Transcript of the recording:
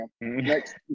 Next